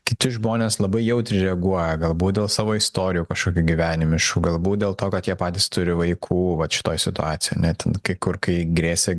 kiti žmonės labai jautriai reaguoja galbūt dėl savo istorijų kažkokių gyvenimiškų galbūt dėl to kad jie patys turi vaikų vat šitoj situacijoj ane ten kai kur kai grėsė